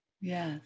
Yes